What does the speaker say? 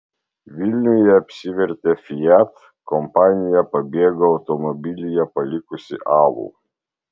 vilniuje apsivertė fiat kompanija pabėgo automobilyje palikusi alų